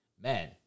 man